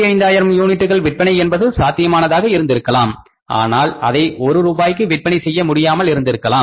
25 ஆயிரம் யூனிட்டுகள் விற்பனை என்பது சாத்தியமானதாக இருந்திருக்கலாம் ஆனால் அதை ஒரு ரூபாய்க்கு விற்பனை செய்ய முடியாமல் இருந்திருக்கலாம்